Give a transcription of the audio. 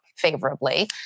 favorably